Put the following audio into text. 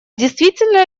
действительно